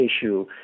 issue